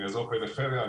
מהפריפריה,